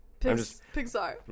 Pixar